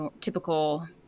typical